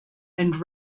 and